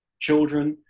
children,